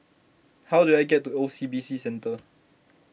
how do I get to O C B C Centre